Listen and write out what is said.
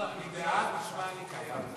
אני בעד משמע אני קיים.